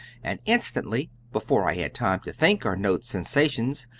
and instantly, before i had time to think or note sensations,